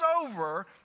over